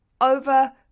over